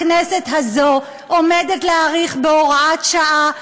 הכנסת הזאת עומדת להאריך בהוראת שעה,